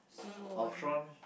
Ultron